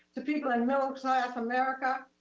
to people in middle class america,